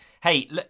Hey